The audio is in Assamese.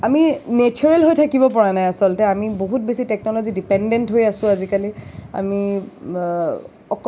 আমি নেচাৰেল হৈ থকিব পৰা নাই আচলতে আমি বহুত বেছি টেকন'ল'জী ডিপেনডেণ্ট হৈ আছোঁ আজিকালি আমি